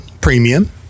premium